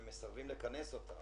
הם מסרבים לכנס.